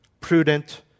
prudent